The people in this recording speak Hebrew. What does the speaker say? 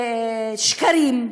שקרים,